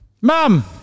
Mum